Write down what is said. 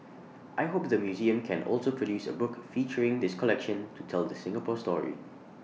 I hope the museum can also produce A book featuring this collection to tell the Singapore story